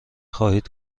خواهید